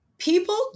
People